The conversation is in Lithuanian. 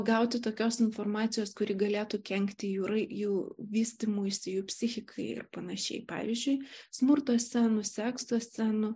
gauti tokios informacijos kuri galėtų kenkti jų rai jų vystymuisi jų psichikai ir panašiai pavyzdžiui smurto scenų sekso scenų